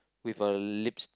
with uh lips